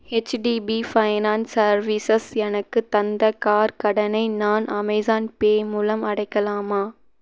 HDB finance services எனக்குத் தந்த car கடனை நான் அமேஸான் பே மூலம் அடைக்கலாமா